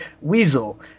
Weasel